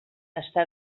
està